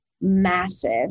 massive